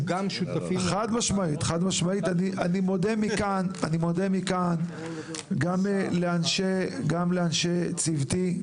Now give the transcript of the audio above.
אני מודה מכאן גם לאנשי צוותי,